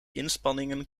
inspanningen